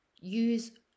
use